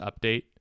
update